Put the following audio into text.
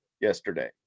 yesterday